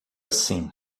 assim